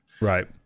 Right